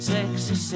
Sexy